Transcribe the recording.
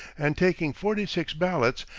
and taking forty-six ballots,